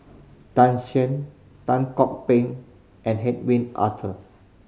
Tan Shen Tan Kok Peng and Hedwig